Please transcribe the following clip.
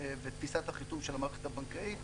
ותפיסת החיתום של המערכת הבנקאית,